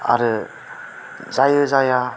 आरो जायो जाया